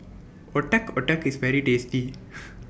Otak Otak IS very tasty